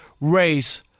race